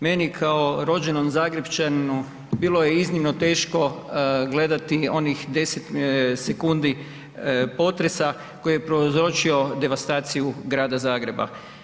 Meni kao rođenom Zagrepčaninu bilo je iznimno teško gledati onih 10 sekundi potresa koji je prouzročio devastaciju Grada Zagreba.